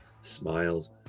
Smiles